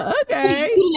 okay